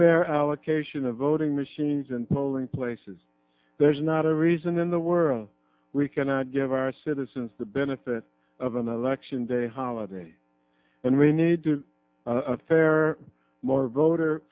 their allocation of voting machines and polling places there's not a reason in the world we cannot give our citizens the benefit of an election day holiday and we need to a fair more voter